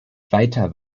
weiter